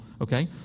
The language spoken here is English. Okay